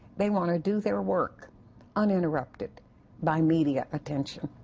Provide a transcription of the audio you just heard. they want to do their work uninterrupted by media attention.